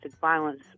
violence